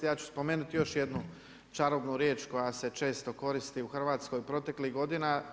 Ja ću spomenuti još jednu čarobnu riječ koja se često koristi u Hrvatskoj proteklih godina.